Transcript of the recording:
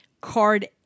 card